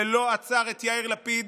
זה לא עצר את יאיר לפיד